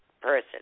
person